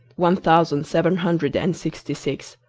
one thousand seven hundred and sixty six,